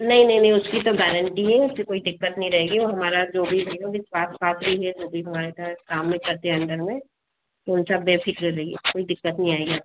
नहीं नहीं नहीं उसकी तो गारंटी है ऐसी कोई दिक्कत नहीं रहेगी वह हमारा जो भी रहेगा वह विश्वासपात्री ही है जो भी हमारे साथ काम मैं करते है अंडर में तो बेफ़िक्र रहिए कोई दिक्कत नहीं आएगी आपको